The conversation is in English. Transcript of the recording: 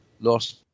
lost